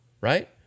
right